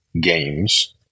games